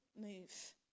move